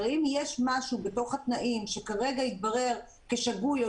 הרי אם יש משהו בתוך התנאים שכרגע התברר כשגוי או